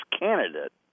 candidate